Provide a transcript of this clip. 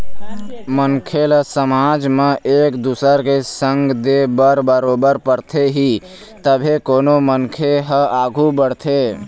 मनखे ल समाज म एक दुसर के संग दे बर बरोबर परथे ही तभे कोनो मनखे ह आघू बढ़थे